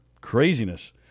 Craziness